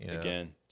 Again